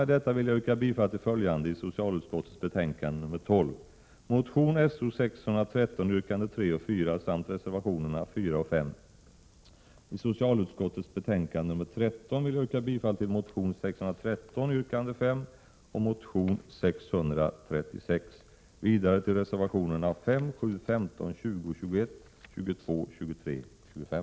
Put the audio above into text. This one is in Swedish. Med detta vill jag, när det gäller socialutskottets betänkande nr 12, yrka bifall till motion So613 yrkande 3 och 4 samt reservationerna 4 och S. När det gäller socialutskottets betänkande nr 13 vill jag yrka bifall till motion §o613 yrkande 5 och motion §0o636. Vidare yrkar jag bifall till reservationerna 5, 7, 15, 20, 21, 22, 23 och 25.